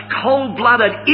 cold-blooded